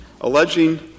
alleging